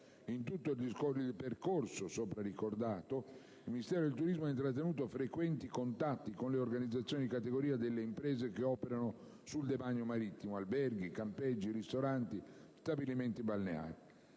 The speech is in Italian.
In tutto il percorso sopra ricordato il Ministero del turismo ha intrattenuto frequenti contatti con le organizzazioni di categoria delle imprese che operano sul demanio marittimo (alberghi, campeggi, ristoranti, stabilimenti balneari,